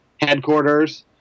headquarters